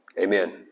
Amen